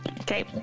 Okay